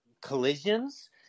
collisions